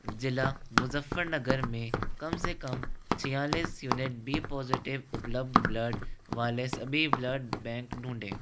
ज़िला मुज़फ़्फ़रनगर में कम से कम छियालीस यूनिट बी पॉजिटिव उपलब्ध ब्लड वाले सभी ब्लड बैंक ढूँढें